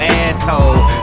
asshole